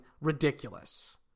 ridiculous